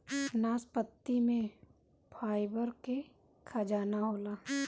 नाशपाती में फाइबर के खजाना होला